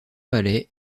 palais